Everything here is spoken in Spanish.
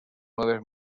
nueve